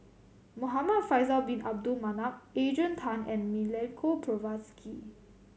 Muhamad Faisal Bin Abdul Manap Adrian Tan and Milenko Prvacki